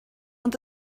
ond